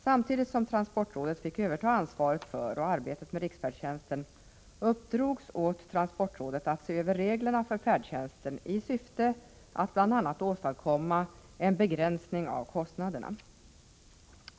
Samtidigt som transportrådet fick överta ansvaret för och arbetet med riksfärdtjänsten uppdrogs åt transportrådet att se över reglerna för färdtjänsten i syfte att bl.a. åstadkomma en begränsning av kostnaderna.